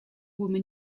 woman